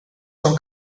son